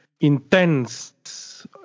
Intense